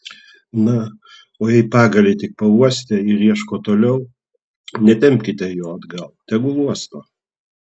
na o jei pagalį tik pauostė ir ieško toliau netempkite jo atgal tegu uosto